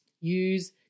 Use